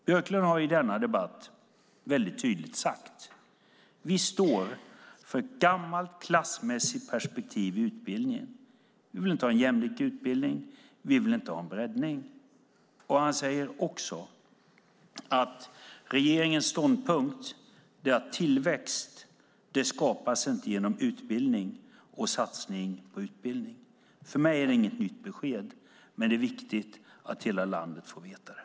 Björklund har i denna debatt tydligt sagt att han står för gammalt klassmässigt perspektiv i utbildningen. Han vill inte ha en jämlik utbildning; han vill inte ha en breddning. Han har också sagt att regeringens ståndpunkt är att tillväxt inte skapas genom utbildning och satsning på utbildning. För mig är detta inget nytt besked, men det är viktigt att hela landet får veta det.